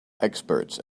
experts